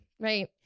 right